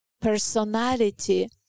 personality